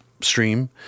stream